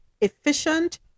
efficient